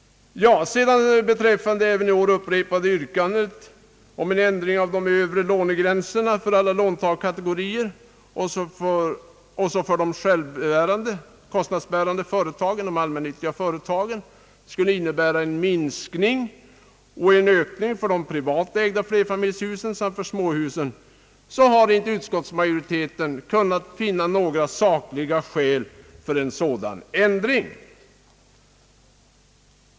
Beträffande det även i år upprepade yrkandet om ändring av den övre lånegränsen för alla låntagarkategorier — vilket för de självbärande allmännyttiga företagen skulle innebära en minskning och för privat ägda flerfamiljshus och för småhus en ökning — har utskottsmajoriteten inte kunnat finna några sakliga skäl för en sådan ändring.